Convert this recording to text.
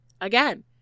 Again